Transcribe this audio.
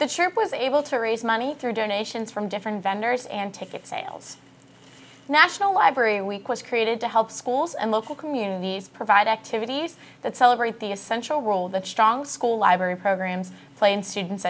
the trip was able to raise money through donations from different vendors and ticket sales national library week was created to help schools and local communities provide activities that celebrate the essential role of the school library programs playing